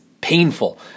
painful